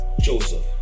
Joseph